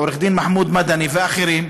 עורך-דין מחמוד מדני ואחרים.